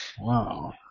Wow